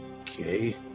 Okay